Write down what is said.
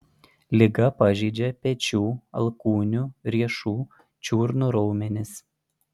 liga pažeidžia pečių alkūnių riešų čiurnų raumenis